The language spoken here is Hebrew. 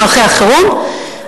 מערכי החירום,